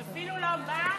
היא אפילו לא באה?